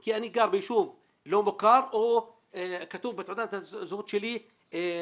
כי אני גר ביישוב לא מוכר או כתוב בתעודת הזהות שלי שבט?